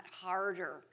harder